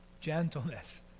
gentleness